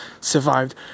survived